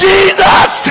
Jesus